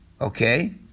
Okay